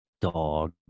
dog